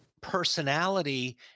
personality